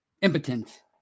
Impotent